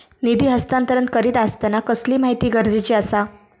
निधी हस्तांतरण करीत आसताना कसली माहिती गरजेची आसा?